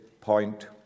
point